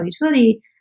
utility